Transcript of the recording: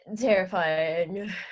terrifying